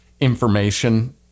information